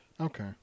Okay